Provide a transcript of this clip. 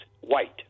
white